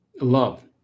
love